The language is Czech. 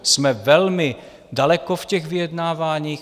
Jsme velmi daleko v těch vyjednáváních.